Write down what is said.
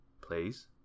please